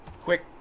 quick